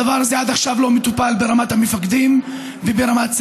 הדבר הזה עד עכשיו לא היה מטופל ברמת המפקדים וברמת צה"ל.